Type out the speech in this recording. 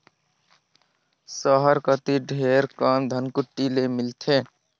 सहर कती ढेरे कम धनकुट्टी देखे ले मिलथे